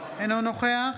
אינו נוכח